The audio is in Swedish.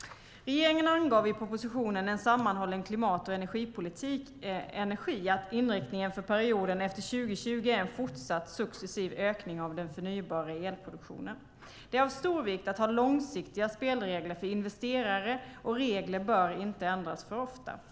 Regeringen angav i propositionen En sammanhållen klimat och energipolitik - Energi att inriktningen för perioden efter 2020 är en fortsatt successiv ökning av den förnybara elproduktionen. Det är av stor vikt att ha långsiktiga spelregler för investerare, och regler bör inte ändras för ofta.